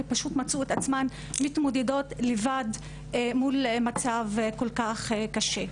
ופשוט מצאו את עצמן מתמודדות לבד מול מצב כל כך קשה.